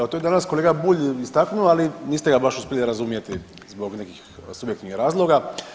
To je danas kolega Bulj istaknuo, ali niste ga baš uspjeli razumjeti zbog subjektivnih razloga.